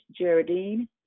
Gerardine